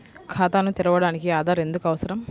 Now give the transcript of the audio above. ఖాతాను తెరవడానికి ఆధార్ ఎందుకు అవసరం?